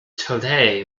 today